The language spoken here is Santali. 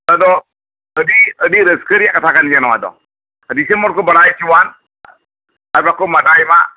ᱟᱫᱚ ᱟᱹᱰᱤ ᱟᱹᱰᱤ ᱨᱟᱹᱥᱠᱟᱹ ᱨᱮᱭᱟᱜ ᱠᱟᱛᱷᱟ ᱠᱟᱱ ᱜᱮᱭᱟ ᱱᱚᱶᱟᱫᱚ ᱫᱤᱥᱟᱹᱢ ᱦᱚᱲᱠᱚ ᱵᱟᱲᱟᱭ ᱦᱚᱪᱚᱣᱟᱱ ᱟᱨᱠᱚ ᱵᱟᱰᱟᱭᱢᱟ